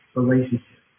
relationship